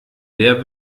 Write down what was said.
der